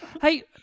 Hey